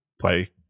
play